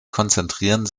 konzentrieren